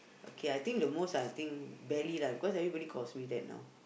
okay I think the most I think belly lah because everybody calls me that now